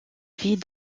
vit